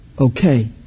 okay